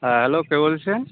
হ্যাঁ হ্যালো কে বলছেন